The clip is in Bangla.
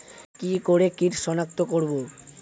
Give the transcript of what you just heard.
কি করে কিট শনাক্ত করব?